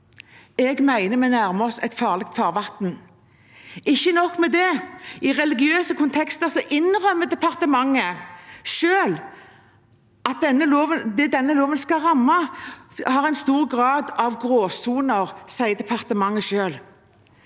Jeg mener vi nærmer oss et farlig farvann. Ikke nok med det: I religiøse kontekster innrømmer departementet selv at det denne loven skal ramme, har en stor grad av gråsoner. Det sier departementet selv.